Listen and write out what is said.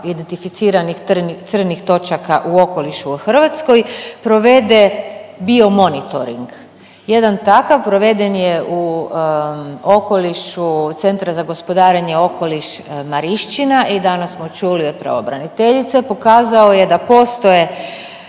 identificiranih crnih točaka u okolišu u Hrvatskoj provede biomonitoring. Jedan takav proveden je u okolišu centra za gospodarenje okoliš Marišćina i danas smo čuli od pravobraniteljice, pokazao je da postoje